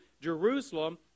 Jerusalem